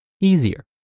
easier